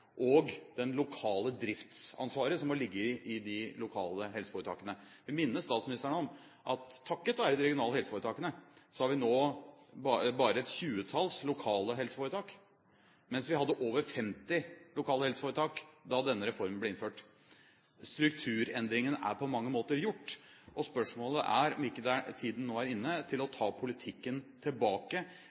og det lokale driftsansvaret som må ligge i de lokale helseforetakene. Jeg vil minne statsministeren om at takket være de regionale helseforetakene har vi nå bare et tjuetalls lokale helseforetak, mens vi hadde over 50 lokale helseforetak da denne reformen ble innført. Strukturendringene er på mange måter gjort, og spørsmålet er om ikke tiden nå er inne til å ta politikken tilbake.